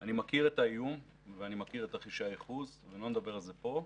אני מכיר את האיום ואני מכיר את תרחישי הייחוס ולא נדבר על זה פה,